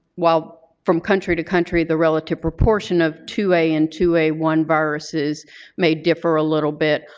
while from country to country the relative proportion of two a and two a one viruses may differ a little bit,